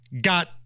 Got